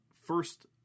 first